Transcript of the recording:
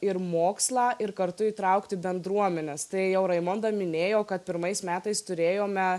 ir mokslą ir kartu įtraukti bendruomenes tai jau raimonda minėjo kad pirmais metais turėjome